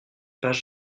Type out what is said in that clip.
page